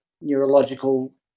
neurological